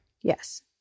Yes